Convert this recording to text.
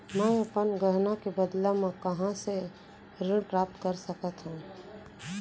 मै अपन गहना के बदला मा कहाँ ले ऋण प्राप्त कर सकत हव?